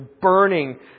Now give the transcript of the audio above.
burning